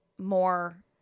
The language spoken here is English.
More